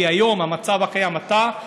כי המצב הקיים היום,